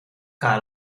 que